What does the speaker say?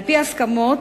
על-פי הסכמות,